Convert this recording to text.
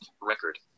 record